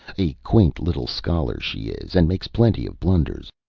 a quaint little scholar she is, and makes plenty of blunders.